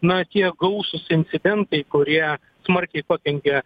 na tie gausūs incidentai kurie smarkiai pakenkia